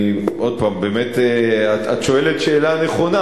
את שואלת שאלה נכונה,